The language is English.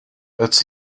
its